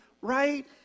right